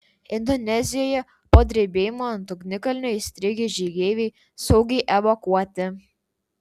indonezijoje po drebėjimo ant ugnikalnio įstrigę žygeiviai saugiai evakuoti